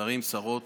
שרים ושרות,